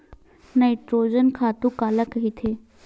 Nitrogen खातु काला कहिथे?